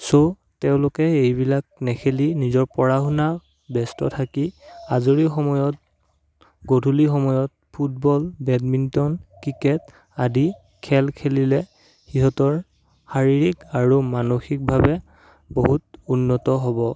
ছ' তেওঁলোকে এইবিলাক নেখেলি নিজৰ পঢ়া শুনাত ব্যস্ত থাকি আজৰি সময়ত গধূলি সময়ত ফুটবল বেডমিণ্টন ক্ৰিকেট আদি খেল খেলিলে সিহঁতৰ শাৰীৰিক আৰু মানসিকভাৱে বহুত উন্নত হ'ব